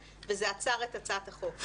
וזה עצר את הצעת החוק בזמנו.